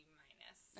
minus